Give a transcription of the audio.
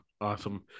Awesome